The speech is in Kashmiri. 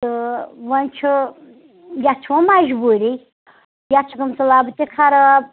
تہٕ وۄنۍ چھِ یَتھ چھِ وۄنۍ مجبوٗری یَتھ چھِ گٔمژٕ لبہٕ تہِ خراب